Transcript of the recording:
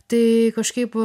tai kažkaip